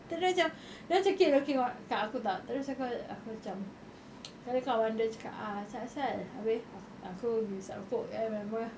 terus dia macam dia macam tengok-tengok aku terus aku macam abeh kawan dia cakap ah asal asal abeh aku pergi hisap rokok then member